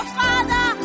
father